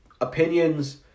opinions